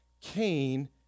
Cain